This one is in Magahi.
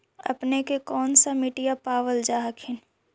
अपने के कौन सा मिट्टीया पाबल जा हखिन?